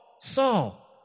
Saul